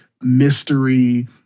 mystery